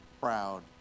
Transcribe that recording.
proud